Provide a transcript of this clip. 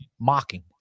mocking